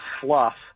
fluff